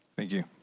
thank you.